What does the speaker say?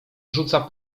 rzuca